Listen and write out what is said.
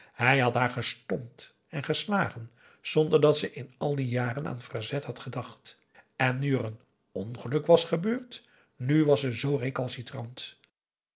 hij had haar gestompt en geslagen zonder dat ze in al die jaren aan verzet had gedacht en nu er een ongeluk was gebeurd nu was ze